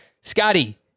Scotty